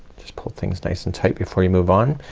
just pull things nice and tight before you move on.